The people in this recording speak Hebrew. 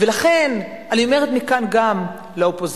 לכן, אני אומרת מכאן גם לאופוזיציה,